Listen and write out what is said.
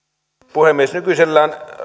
puhemies nykyisellään